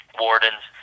wardens